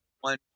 one